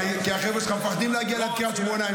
כי החבר'ה שלך מפחדים להגיע לקריית שמונה.